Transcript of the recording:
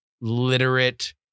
literate